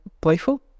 playful